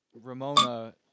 Ramona